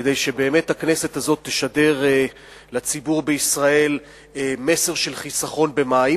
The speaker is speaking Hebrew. כדי שהכנסת הזאת תשדר לציבור בישראל מסר של חיסכון במים.